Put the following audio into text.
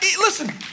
Listen